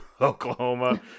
Oklahoma